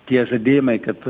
tie žadėjimai kad